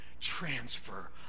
transfer